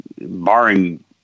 barring